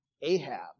Ahab